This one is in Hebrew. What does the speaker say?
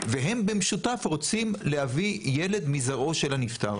והם במשותף רוצים להביא ילד מזרעו של הנפטר.